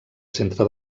centre